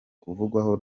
kuvugwaho